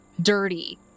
dirty